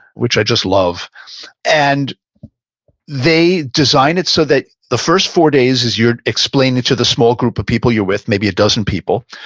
which i just love and they design it so that the first four days as you're explaining it to the small group of people, you're with maybe a dozen people,